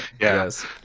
Yes